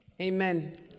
Amen